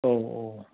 औ औ